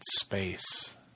space